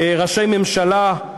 ראשי ממשלה,